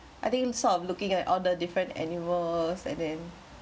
I think sort of looking at all the different animals and then